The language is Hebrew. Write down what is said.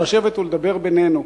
לשבת ולדבר בינינו.